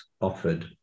offered